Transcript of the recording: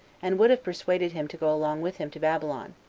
and would have persuaded him to go along with him to babylon,